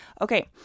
Okay